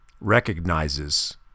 recognizes